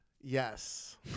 Yes